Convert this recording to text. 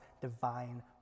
divine